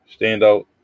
standout